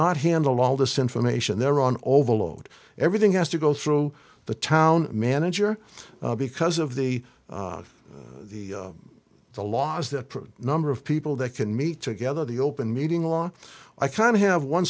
not handle all this information they're on overload everything has to go through the town manager because of the the laws the number of people that can meet together the open meeting law i can have one